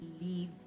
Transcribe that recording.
leave